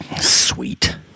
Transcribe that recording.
sweet